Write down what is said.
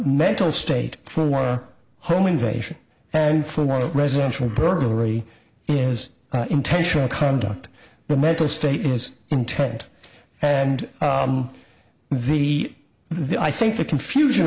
mental state for a home invasion and for a residential burglary is intentional conduct but mental state is intent and the the i think the confusion